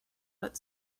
but